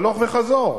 הלוך וחזור,